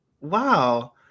Wow